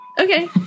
Okay